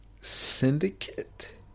Syndicate